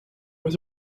was